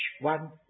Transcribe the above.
one